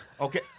okay